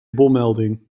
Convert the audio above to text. bommelding